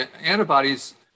antibodies